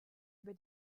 über